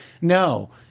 no